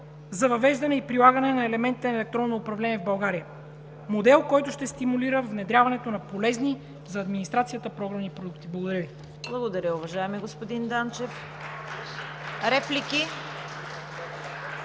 за въвеждане и прилагане на елементите на електронно управление в България – модел, който ще стимулира внедряването на полезни за администрацията програмни продукти. Благодаря Ви.